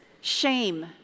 shame